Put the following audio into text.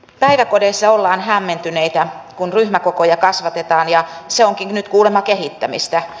päiväkodeissa ollaan hämmentyneitä kun ryhmäkokoja kasvatetaan ja se onkin nyt kuulemma kehittämistä